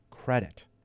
credit